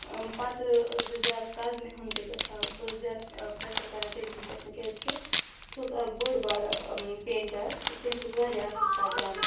پَتہٕ ٲسٕس بہٕ زیادٕ کَزنہِ ہُنٛد تہِ گژھان بہٕ ٲسٕس زیادٕ پرٛٮ۪فَر کَران تٔمِس نِش گژھُن کیٛازکہِ سُہ ٲس اَکھ بٔڑ بارٕ پینٛٹَر تٔمِس اوس واریاہ اَصٕل تَگان